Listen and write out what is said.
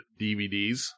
DVDs